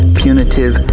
punitive